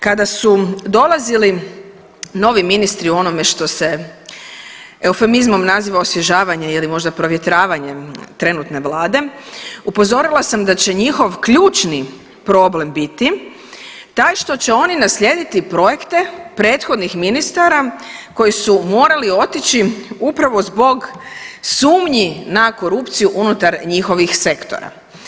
Kada su dolazili novi ministri u onome što se eufemizmom naziva osvježavanje ili možda provjetravanjem trenutne vlade, upozorila sam da će njihov ključni problem biti taj što će oni naslijediti projekte prethodnih ministara koji su morali otići upravo zbog sumnji na korupciju unutar njihovih sektora.